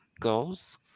goals